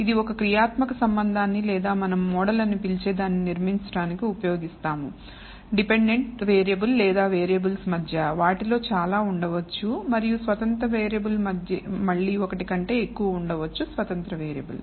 ఇది ఒక క్రియాత్మక సంబంధాన్ని లేదా మనం మోడల్ అని పిలిచే దానిని నిర్మించడానికి ఉపయోగిస్తాం డిపెండెంట్ వేరియబుల్ లేదా వేరియబుల్స్ మధ్య వాటిలో చాలా ఉండవచ్చు మరియు స్వతంత్ర వేరియబుల్ మళ్ళీ ఒకటి కంటే ఎక్కువ ఉండవచ్చు స్వతంత్ర వేరియబుల్